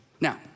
Now